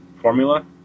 formula